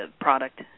product